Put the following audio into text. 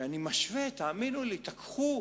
כשאני משווה, תאמינו לי, תיקחו,